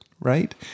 right